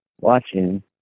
watching